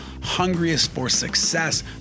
hungriest-for-success